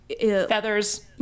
Feathers